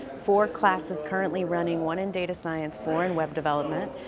four classes currently running, one in data science, four in web development.